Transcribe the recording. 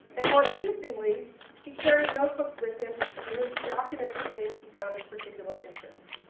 and more interestingly he carried notebooks with him in which he documented things he found a particular interest.